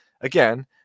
again